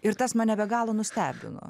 ir tas mane be galo nustebino